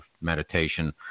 meditation